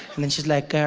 and and she's like,